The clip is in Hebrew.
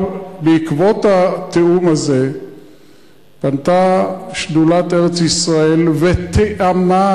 בעקבות התיאום הזה פנתה שדולת ארץ-ישראל ותיאמה